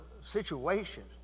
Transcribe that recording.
situations